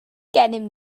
gennym